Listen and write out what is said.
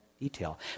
detail